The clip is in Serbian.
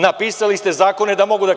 Napisali ste zakone da mogu da kradu.